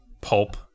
pulp